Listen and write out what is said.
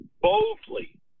boldly